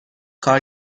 کار